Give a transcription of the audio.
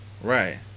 right